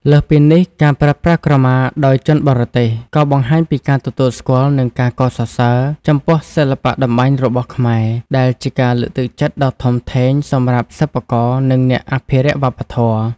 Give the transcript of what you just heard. លើសពីនេះ ការប្រើប្រាស់ក្រមាដោយជនបរទេស ក៏បង្ហាញពី ការទទួលស្គាល់ និងការកោតសរសើរ ចំពោះសិល្បៈតម្បាញរបស់ខ្មែរ ដែលជាការលើកទឹកចិត្តដ៏ធំធេងសម្រាប់សិប្បករ និងអ្នកអភិរក្សវប្បធម៌។